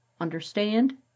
Understand